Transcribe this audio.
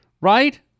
Right